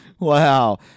Wow